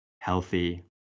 healthy